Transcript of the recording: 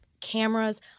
cameras—